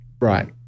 right